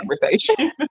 conversation